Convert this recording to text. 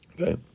Okay